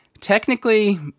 technically